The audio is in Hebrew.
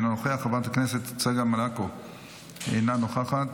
אינו נוכח,